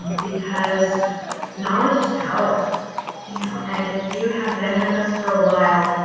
because knowledge is power you know and if you have them with us for a while,